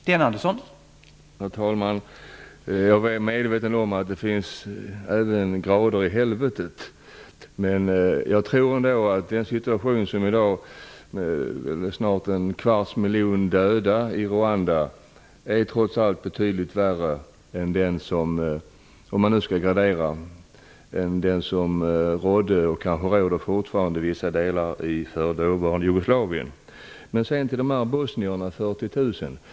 Herr talman! Jag är väl medveten om att det finns grader även i helvetet. Om man nu skall gradera tror jag ändå att dagens situation i Rwanda, med snart en kvarts miljon döda, trots allt är betydligt värre än den som rådde och kanske fortfarande råder i vissa delar av dåvarande Jugoslavien. Statsrådet säger att beslutet kommer att beröra 40 000 bosnier.